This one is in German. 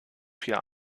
vier